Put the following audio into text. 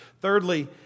Thirdly